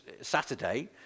Saturday